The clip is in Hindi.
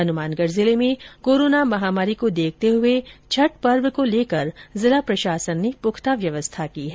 हनुमानगढ़ जिले में कोरोना महामारी को देखते हुए छठ पर्व को लेकर जिला प्रशासन ने पुख्ता व्यवस्था की है